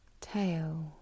tail